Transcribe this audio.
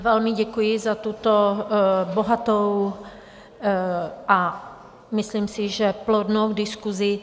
Velmi děkuji za tuto bohatou a myslím si, že plodnou diskusi.